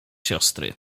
siostry